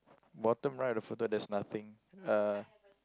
bottom right of the photo there's nothing uh